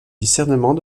discernement